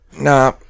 Nah